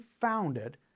founded